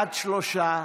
בעד, שלושה,